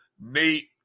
Nate